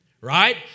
right